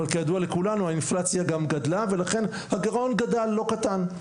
אבל כידוע לכולנו האינפלציה גם גדלה ולכן הגירעון גדל לא קטן.